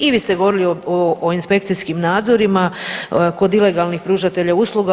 I vi ste govorili o inspekcijskim nadzorima kod ilegalnih pružatelja usluga.